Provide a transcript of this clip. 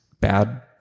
bad